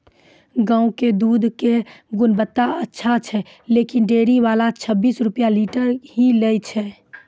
गांव के दूध के गुणवत्ता अच्छा छै लेकिन डेयरी वाला छब्बीस रुपिया लीटर ही लेय छै?